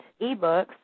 ebooks